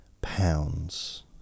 pounds